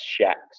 shacks